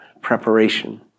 preparation